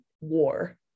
war